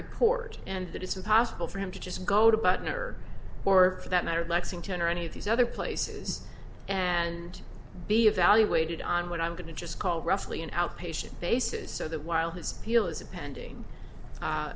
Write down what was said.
record and that it's impossible for him to just go to butner or for that matter lexington or any of these other places and be evaluated on what i'm going to just call roughly an outpatient basis so that while his appeal is a pending a